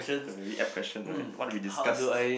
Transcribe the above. a very F question right what we've discussed